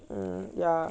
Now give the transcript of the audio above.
mm ya